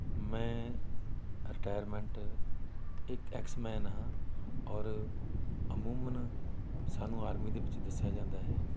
ਮੈਂ ਰਿਟਾਇਰਮੈਂਟ ਇੱਕ ਐਕਸਮੈਨ ਹਾਂ ਔਰ ਅਮੂਮਨ ਸਾਨੂੰ ਆਰਮੀ ਦੇ ਵਿੱਚ ਦੱਸਿਆ ਜਾਂਦਾ ਹੈ